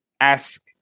ask